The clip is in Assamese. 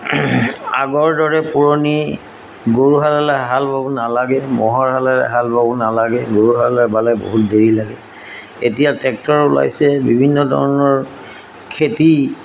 আগৰ দৰে পুৰণি গৰু হালে হাল বাব নালাগে ম'হৰ হালে হাল বাব নালাগে গৰু হালে বালে বহুত দেৰি লাগে এতিয়া ট্ৰেক্টৰ ওলাইছে বিভিন্ন ধৰণৰ খেতি